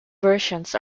versions